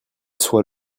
soit